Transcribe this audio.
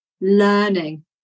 learning